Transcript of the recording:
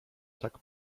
tak